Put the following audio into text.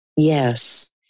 Yes